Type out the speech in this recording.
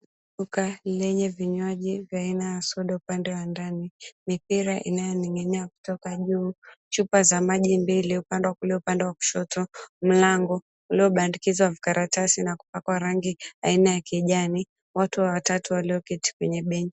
Duka lenye vinyuaji vya aina ya soda upande wa ndani, mipira inayoning'inia kutoka juu, chupa za maji mbili upande wa kulia upande wa kushoto, mlango uliobandikizwa karatasi na kupakwa rangi aina ya kijani, watu watatu walioketi kwenye benchi .